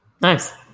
nice